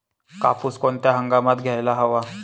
कापूस कोणत्या हंगामात घ्यायला हवा?